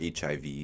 HIV